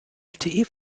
lte